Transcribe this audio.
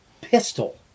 pistol